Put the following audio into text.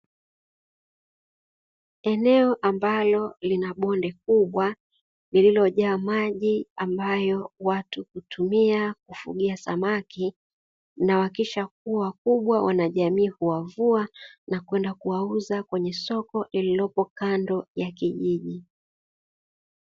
Eneo ambalo lina bonde kubwa lililojaa maji, ambayo watu hutumia kufugia samaki na wakishakuwa wakubwa, wanajamii huwavua na kwenda kuwauza kwenye soko lililopo kando ya kijiji.